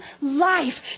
life